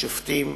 השופטים,